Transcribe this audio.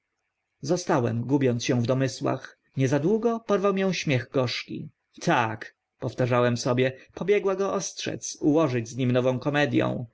zostałem gubiąc się w domysłach niezadługo porwał mię śmiech gorzki tak powtarzałem pobiegła go ostrzec ułożyć z nim nową komedię